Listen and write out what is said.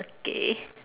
okay